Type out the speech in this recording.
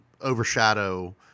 overshadow